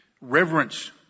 reverence